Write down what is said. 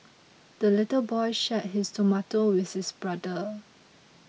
the little boy shared his tomato with his brother